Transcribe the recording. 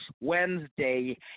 Wednesday